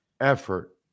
effort